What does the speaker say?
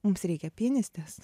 mums reikia pianistės